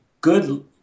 good